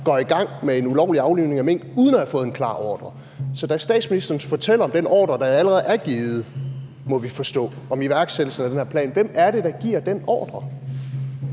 går i gang med en ulovlig aflivning af mink uden at have fået en klar ordre. Så da statsministeren fortæller om den ordre, der allerede er givet, må vi forstå, om iværksættelsen af den her plan, hvem er det, der giver den ordre?